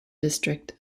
district